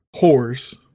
whores